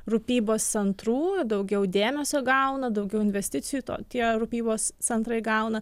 rūpybos centrų daugiau dėmesio gauna daugiau investicijų to tie rūpybos centrai gauna